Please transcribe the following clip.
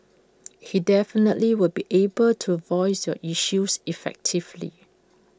he definitely will be able to voice your issues effectively